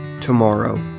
tomorrow